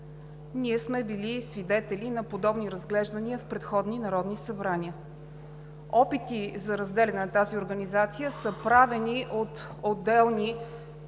Ние сме били свидетели на подобни разглеждания в предходни народни събрания. Опити за разделяне на тази организация са правени от отделни